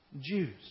Jews